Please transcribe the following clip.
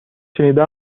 شنیده